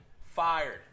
Fired